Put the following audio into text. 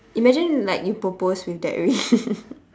imagine like you propose with that ring